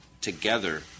together